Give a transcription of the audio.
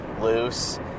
loose